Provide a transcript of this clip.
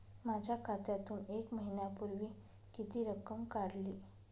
माझ्या खात्यातून एक महिन्यापूर्वी किती रक्कम काढली?